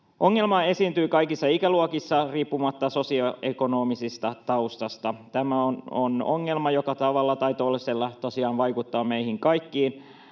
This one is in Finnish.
Ongelmaa esiintyy kaikissa ikäluokissa riippumatta sosioekonomisesta taustasta. Tämä on ongelma, joka tavalla tai toisella tosiaan vaikuttaa meihin kaikkiin.